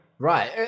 Right